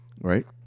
Right